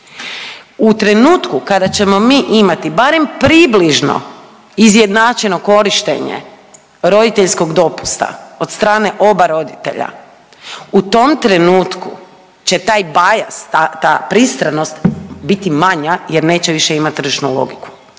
U trenutku kada ćemo mi imati barem približno izjednačeno korištenje roditeljskog dopusta od strane oba roditelja, u tom trenutku će taj bajaz ta pristranost biti manja jer neće više imati tržišnu logiku.